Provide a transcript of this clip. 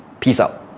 peace out.